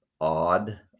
odd